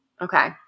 okay